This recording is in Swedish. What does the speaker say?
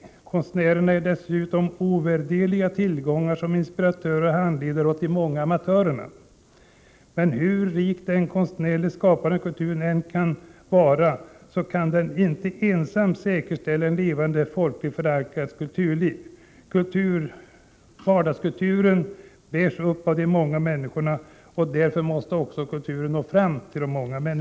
Konstnärerna är dessutom ovärderliga tillgångar som inspiratörer och handledare åt de många amatörerna. Men hur rik den konstnärligt skapande kulturen än är kan den inte ensam säkerställa ett levande, folkligt förankrat kulturliv. Vardagskulturen bärs upp av de många människorna, och därför måste kulturpolitiken nå fram till just dem.